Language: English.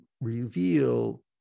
reveal